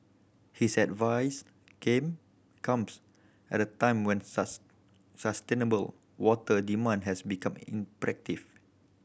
his advice came comes at a time when sustainable water demand has become imperative